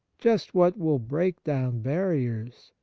just what will break down barriers,